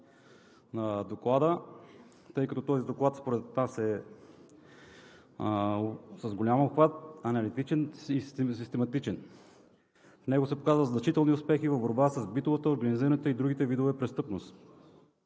Доклада, тъй като според нас е с голям обхват, аналитичен и систематичен. В него се показват значителни успехи с битовата, организираната и другите видове престъпност.